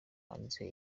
hanze